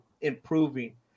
improving